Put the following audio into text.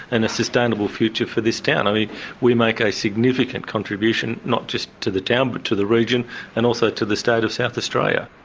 and a sustainable future for this town. i mean we make a significant contribution not just to the town but to the region and also to the state of south australia.